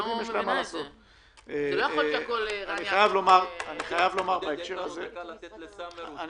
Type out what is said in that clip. לא יכול להיות שהכול יהיה על ה --- בשביל זה יש את המשרדים.